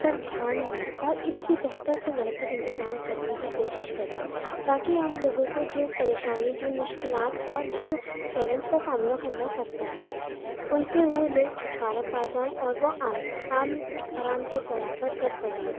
پر دھیان دیں اور اس سے بہتر سے بہتر انتظام کرنے کی کوشش کریں تاکہ عام لوگوں کو جو پریشانی جو مشکلات اور جو چیلنج کا سامنا کرنا پڑتا ہے ان سے وہ لوگ چھٹکارا پا جائیں وہ عام عام آرام سے سفر کر سکیں